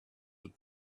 had